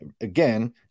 again